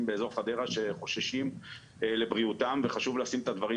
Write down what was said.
באזור חדרה שחוששים לבריאותם וחשוב לשים את הדברים